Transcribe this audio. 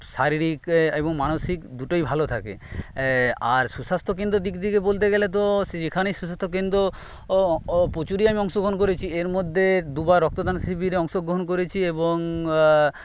শারীরিক এবং মানসিক দুটোই ভালো থাকে আর সুস্বাস্থ্য কেন্দ্রর দিক থেকে বলতে গেলে তো সে যেখানেই সুস্বাস্থ্য কেন্দ্র প্রচুরই আমি অংশগ্রহণ করেছি এর মধ্যে দুবার রক্তদান শিবিরে অংশগ্রহণ করেছি এবং